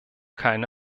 keine